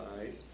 eyes